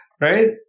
right